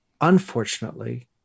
unfortunately